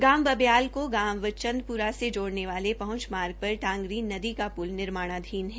गांव बब्याल को गांव चंदपुरा से जोडने वाले पहुंच मार्ग पर टांगरी नदी का पुल निर्माणाधीन है